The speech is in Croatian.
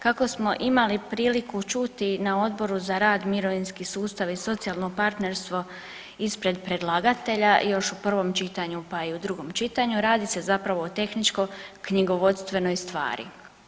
Kako smo imali priliku čuti na Odbor za rad, mirovinski sustav i socijalno partnerstvo ispred predlagatelja još u prvom čitanju pa i u drugom čitanju radi se zapravo o tehničko knjigovodstvenoj stvari.